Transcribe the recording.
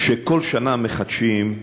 כשכל שנה מחדשים,